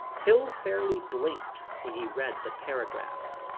hill fairly blinked when he read the paragraph.